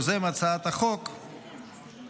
יוזם הצעת החוק שבפניכם,